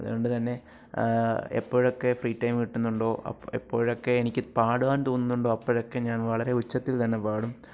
അതുകൊണ്ട് തന്നെ എപ്പോഴൊക്കെ ഫ്രീ ടൈം കിട്ടുന്നുണ്ടോ അ എപ്പോഴൊക്കെ എനിക്ക് പാടുവാൻ തോന്നുന്നുണ്ടോ അപ്പോഴൊക്കെ ഞാൻ വളരെ ഉച്ചത്തിൽ തന്നെ പാടും